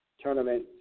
tournament